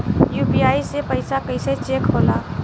UPI से पैसा कैसे चेक होला?